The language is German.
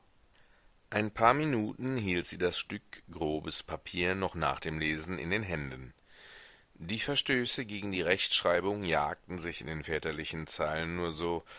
ein paar minuten hielt sie das stück grobes papier noch nach dem lesen in den händen die verstöße gegen die rechtschreibung jagten sich in den väterlichen zeilen nur so